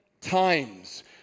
times